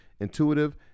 intuitive